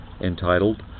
entitled